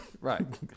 Right